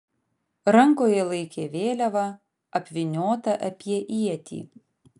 rankoje laikė vėliavą apvyniotą apie ietį